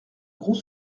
gros